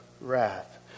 wrath